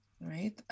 right